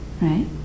right